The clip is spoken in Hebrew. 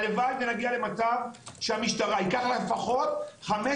הלוואי ונגיע למצב שהמשטרה ייקח להם פחות חמש